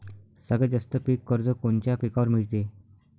सगळ्यात जास्त पीक कर्ज कोनच्या पिकावर मिळते?